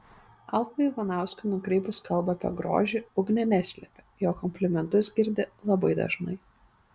alfui ivanauskui nukreipus kalbą apie grožį ugnė neslėpė jog komplimentus girdi labai dažnai